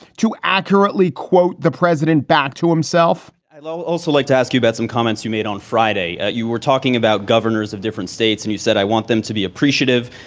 to accurately quote the president back to himself i also like to ask you about some comments you made on friday. ah you were talking about governors of different states and you said, i want them to be appreciative.